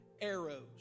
arrows